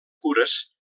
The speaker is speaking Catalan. cures